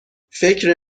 فکر